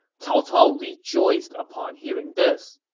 cao cao rejoiced upon hearing this